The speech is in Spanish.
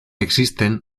existen